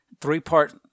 three-part